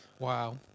Wow